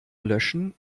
löschen